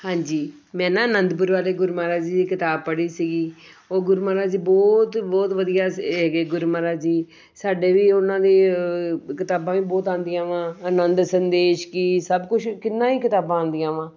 ਹਾਂਜੀ ਮੈਂ ਨਾ ਆਨੰਦਪੁਰ ਵਾਲੇ ਗੁਰੂ ਮਹਾਰਾਜ ਜੀ ਦੀ ਕਿਤਾਬ ਪੜ੍ਹੀ ਸੀਗੀ ਉਹ ਗੁਰੂ ਮਹਾਰਾਜ ਜੀ ਬਹੁਤ ਬਹੁਤ ਵਧੀਆ ਹੈਗੇ ਗੁਰੂ ਮਹਾਰਾਜ ਜੀ ਸਾਡੇ ਵੀ ਉਹਨਾਂ ਦੇ ਕਿਤਾਬਾਂ ਵੀ ਬਹੁਤ ਆਉਂਦੀਆਂ ਵਾ ਆਨੰਦ ਸੰਦੇਸ਼ ਕੀ ਸਭ ਕੁਝ ਕਿੰਨਾ ਹੀ ਕਿਤਾਬਾਂ ਆਉਂਦੀਆਂ ਵਾਂ